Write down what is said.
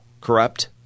corrupt